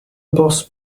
boss